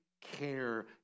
care